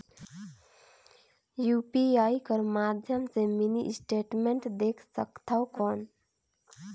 UPI कर माध्यम से मिनी स्टेटमेंट देख सकथव कौन?